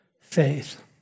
faith